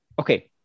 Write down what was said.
okay